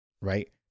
Right